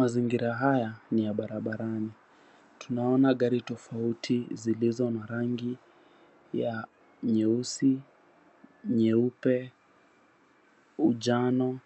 Mazingira haya ni ya barabarani. Tunaona gari tofauti zilizo na rangi ya nyeusi, nyeupe, ujano